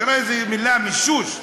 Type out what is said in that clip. תראה איזה מילה, מישוש.